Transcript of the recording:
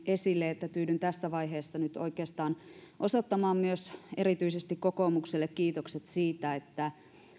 esille että tyydyn tässä vaiheessa nyt oikeastaan osoittamaan erityisesti kokoomukselle kiitokset siitä että